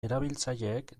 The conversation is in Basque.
erabiltzaileek